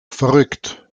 verrückt